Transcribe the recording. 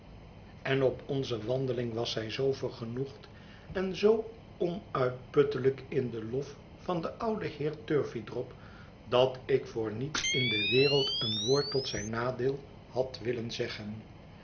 en op onze wandeling was zij zoo vergenoegd en zoo onuitputtelijk in den lof van den ouden heer ïurveydrop dat ik voor niets in de wereld een woord tot zijn nadeel had willen zeggen